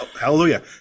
Hallelujah